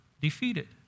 defeated